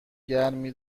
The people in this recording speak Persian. گرمی